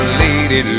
lady